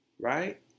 Right